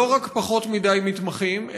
לא רק פחות מדי מתמחים,